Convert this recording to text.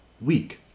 week